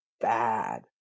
bad